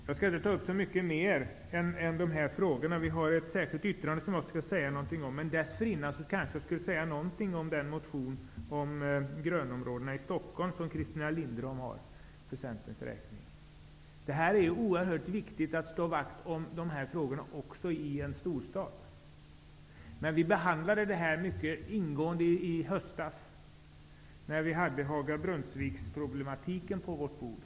Jag skall inte ta upp så mycket mer än de här frågorna, men jag kan säga någonting om den motion om grönområdena i Stockholm som Christina Linderholm har väckt för Centerns räkning. Det är oerhört viktigt att slå vakt om grönområdena också i en storstad. Vi behandlade den här frågan mycket ingående i höstas, när ärendet om Haga-Brunnsviken låg på vårt bord.